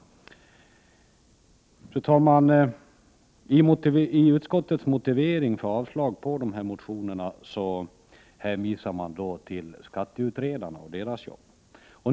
Fru talman! I utskottets motivering för avslag på dessa motioner hänvisar man till skatteutredarna och deras arbete.